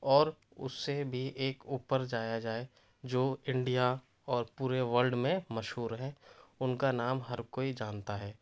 اور اُس سے بھی ایک اُوپر جایا جائے جو انڈیا اور پورے ورلڈ میں مشہور ہیں اُن کا نام ہر کوئی جانتا ہے